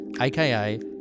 aka